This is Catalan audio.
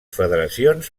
federacions